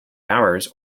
hours